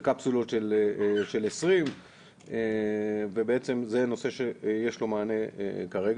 בקפסולות של 20. בעצם זה נושא שיש לו מענה כרגע.